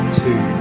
two